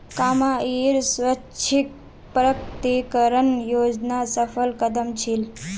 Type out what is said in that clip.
कमाईर स्वैच्छिक प्रकटीकरण योजना सफल कदम छील